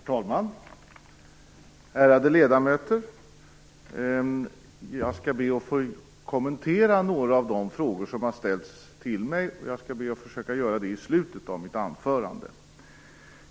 Herr talman och ärade ledamöter! Jag skall be att få kommentera några av de frågor som har ställts till mig, och jag skall försöka göra det i slutet av mitt anförande.